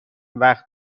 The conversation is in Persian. وقت